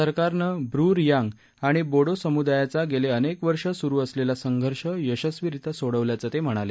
सरकारनं ब्रू रियांग आणि बोडो समुदायाचा गेले अनेक वर्ष सुरु असलेला संघर्ष यशस्वीरित्या सोडवल्याचं ते म्हणाले